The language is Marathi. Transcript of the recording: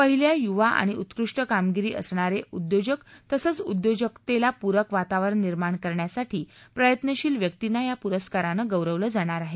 पहिल्या युवा आणि उत्कृष्ट कामगिरी असणारे उद्योजक तसंच उद्योजकतेला पुरक वातावरण निर्माण करण्यासाठी प्रत्यनशील व्यकींना या पुरस्कारांनी गौरवलं जाणार आहे